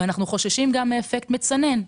אנחנו חוששים גם מאפקט מצנן,